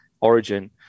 origin